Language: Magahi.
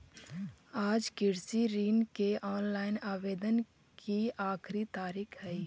आज कृषि ऋण के ऑनलाइन आवेदन की आखिरी तारीख हई